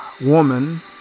Woman